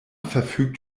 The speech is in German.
verfügt